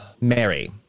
mary